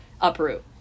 uproot